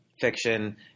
fiction